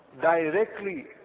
directly